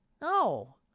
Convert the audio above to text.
No